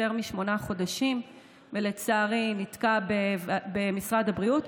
משמונה חודשים ולצערי נתקע במשרד הבריאות,